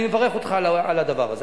אני מברך אותך על הדבר הזה.